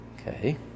Okay